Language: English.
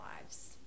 lives